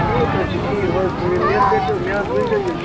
ٹھیٖک حظ چھُ ٹھیٖک وۅنۍ مےٚ کٔرۍزیٚو مےٚ حظ ؤنہِ زیٚو یہِ